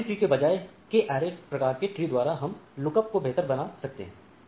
अतः binary tree के बजाय K Array प्रकार के ट्री के द्वारा हम look upखोज को बेहतर बना सकते हैं